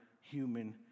human